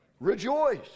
Rejoice